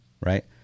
right